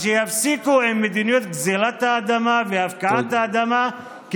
אז שיפסיקו עם מדיניות גזלת האדמה והפקעת האדמה,